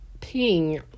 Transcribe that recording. ping